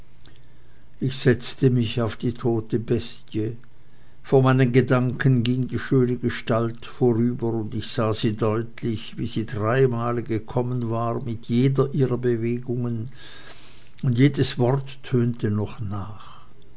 ich setzte mich auf die tote bestie vor meinen gedanken ging die schöne gestalt vorüber und ich sah sie deutlich wie sie die drei male gekommen war mit jeder ihrer bewegungen und jedes wort tönte noch nach